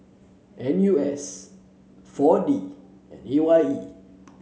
N U S four D and A Y E